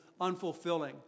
unfulfilling